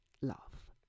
love